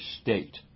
state